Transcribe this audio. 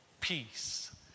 peace